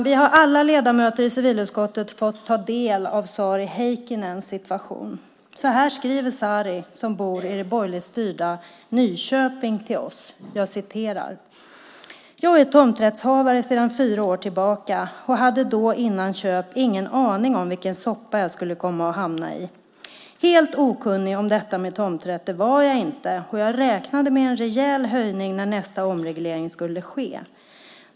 Vi ledamöter i civilutskottet har alla fått ta del av Sari Heikkinens situation. Så här skriver Sari som bor i det borgerligt styrda Nyköping till oss: "Jag är tomträttshavare sedan fyra år tillbaka och hade då innan köp ingen aning om vilken soppa jag skulle komma att hamna i. Helt okunnig om detta med tomträtt var jag inte, och jag räknade med en rejäl höjning när nästa omreglering skulle ske.